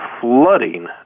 flooding